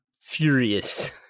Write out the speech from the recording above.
furious